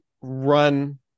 run